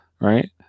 right